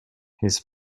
his